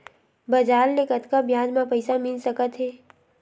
बजार ले कतका ब्याज म पईसा मिल सकत हे?